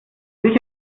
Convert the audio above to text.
ist